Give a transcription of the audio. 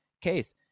case